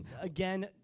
again